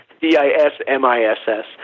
d-i-s-m-i-s-s